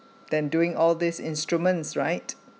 than doing all these instruments right